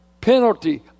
penalty